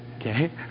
Okay